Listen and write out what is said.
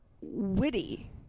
witty